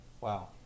Wow